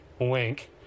wink